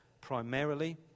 primarily